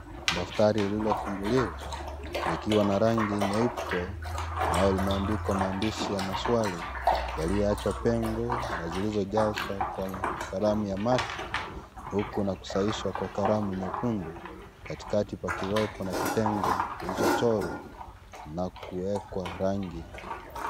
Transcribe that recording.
Daftari lililofunguliwa likiwa na rangi nyeupe. Na limeandikwa maandishi ya maswali, yaliyoachwa pengo na zilizojazwa kwa karamu ya mate. Huku na kusahihishwa kwa karama nyekundu. Katikati paliwepo na kitengo kilichochorwa na kuwekwa rangi.